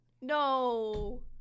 No